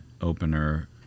opener